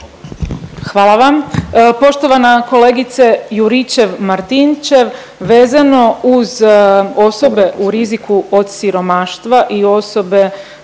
Hvala vam. Poštovana kolegice Juričev-Martinčev, vezano uz osobe u riziku od siromaštva i osobe